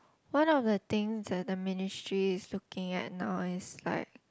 one of the things that the ministries is looking at now is like